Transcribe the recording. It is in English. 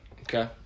Okay